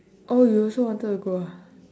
oh you also wanted to go ah